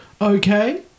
okay